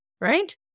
right